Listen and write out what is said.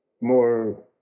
more